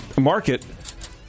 market